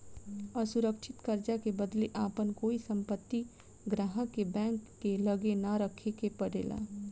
असुरक्षित कर्जा के बदले आपन कोई संपत्ति ग्राहक के बैंक के लगे ना रखे के परेला